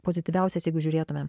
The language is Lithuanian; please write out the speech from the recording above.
pozityviausias jeigu žiūrėtumėm